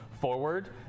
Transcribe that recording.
forward